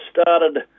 started